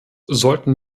sollten